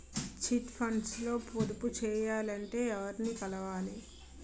Chit funds లో పొదుపు చేయాలంటే ఎవరిని కలవాలి?